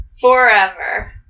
forever